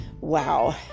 Wow